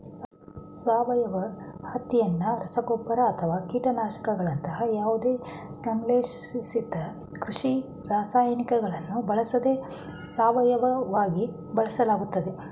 ಸಾವಯವ ಹತ್ತಿನ ರಸಗೊಬ್ಬರ ಅಥವಾ ಕೀಟನಾಶಕಗಳಂತಹ ಯಾವುದೇ ಸಂಶ್ಲೇಷಿತ ಕೃಷಿ ರಾಸಾಯನಿಕಗಳನ್ನು ಬಳಸದೆ ಸಾವಯವವಾಗಿ ಬೆಳೆಸಲಾಗ್ತದೆ